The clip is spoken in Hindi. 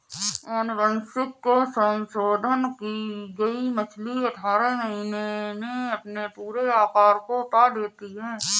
अनुवांशिक संशोधन की गई मछली अठारह महीने में अपने पूरे आकार को पा लेती है